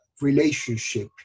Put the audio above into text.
relationship